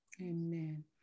Amen